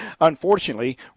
unfortunately